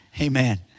Amen